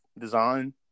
design